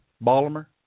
Baltimore